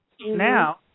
Now